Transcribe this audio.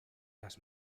las